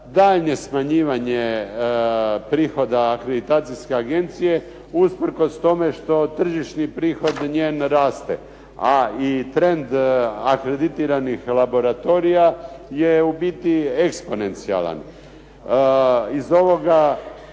daljnje smanjivanje prihoda akreditacijske agencije, usprkos tome što tržišni prihod njen raste. A i trend akreditiranih laboratorija je u biti eksponencijalan.